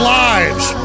lives